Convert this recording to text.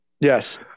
Yes